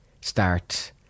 start